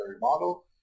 model